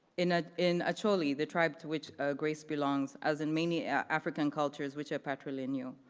in ah in acoli, the tribe to which grace belongs, as in many yeah african cultures which are patrilineal,